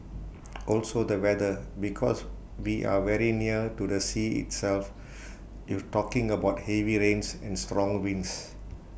also the weather because we are very near to the sea itself you're talking about heavy rains and strong winds